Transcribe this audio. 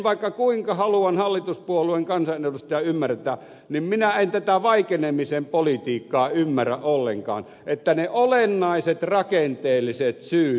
vaikka kuinka haluan hallituspuolueen kansanedustajana ymmärtää niin minä en tätä vaikenemisen politiikkaa ymmärrä ollenkaan että niistä olennaisista rakenteellisista syistä vaietaan